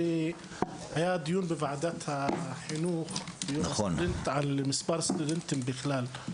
הרי היה דיון בוועדת החינוך ביום הסטודנט על מספר הסטודנטים בכלל.